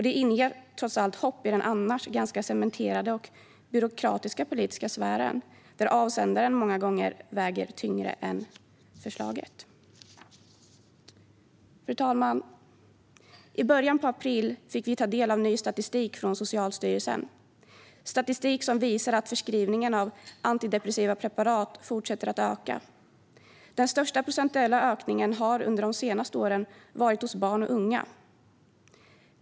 Det inger trots allt hopp i den annars ganska cementerade och byråkratiska politiska sfären, där avsändaren många gånger väger tyngre än förslaget. Fru talman! I början av april fick vi ta del av ny statistik från Socialstyrelsen som visar att förskrivningen av antidepressiva preparat fortsätter att öka. Den största procentuella ökningen har under de senaste åren varit bland barn och unga.